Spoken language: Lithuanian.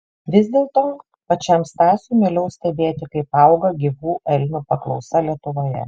vis dėlto pačiam stasiui mieliau stebėti kaip auga gyvų elnių paklausa lietuvoje